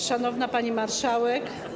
Szanowna Pani Marszałek!